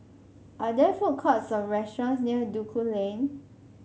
are there food courts or restaurants near Duku Lane